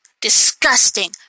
Disgusting